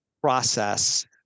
process